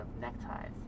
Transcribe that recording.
neckties